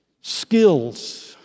skills